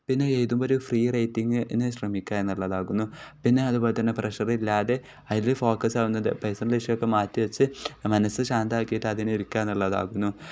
പിന്നെ എഴുതുമ്പം ഒരു ഫ്രീ റേറ്റിങ്ന് ശ്രമിക്കുക എന്നുള്ളതാകുന്നു പിന്നെ അതുപോലെ തന്നെ പ്രഷർ ഇല്ലാതെ അതിൽ ഫോക്കസ് ആകുന്നത് പെർസനൽ ഇഷ്യൂ ഒക്കെ മാറ്റി വെച്ച് മനസ്സ് ശാന്തമാക്കിയിട്ട് അതിന് ഇരിക്കുക എന്നുള്ളതാകുന്നു